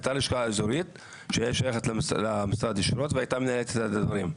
הייתה לשכה אזורית שהייתה שייכת למשרד ישירות והייתה מנהלת את הדברים.